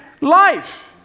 life